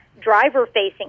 driver-facing